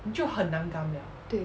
对